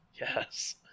Yes